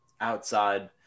outside